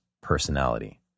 personality